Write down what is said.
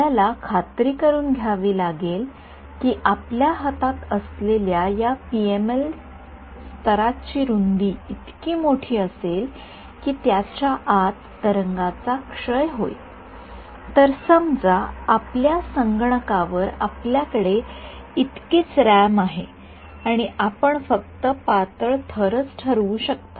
आपल्याला खात्री करुन घ्यावी लागेल की आपल्या हातात असलेल्या या पीएमएल स्तरा ची रुंदी इतकी मोठी असेल की त्याच्या आत तरंगाचा क्षय होईल तर समजा आपल्या संगणकावर आपल्याकडे इतकीच रॅम आहे आणि आपण फक्त पातळ थरच ठरवू शकता